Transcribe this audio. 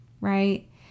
right